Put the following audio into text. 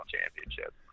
championship